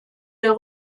der